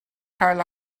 cael